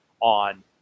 on